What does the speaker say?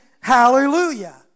hallelujah